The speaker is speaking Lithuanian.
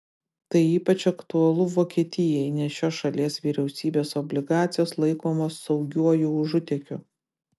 tai ypač aktualu vokietijai nes šios šalies vyriausybės obligacijos laikomos saugiuoju užutėkiu